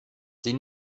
sie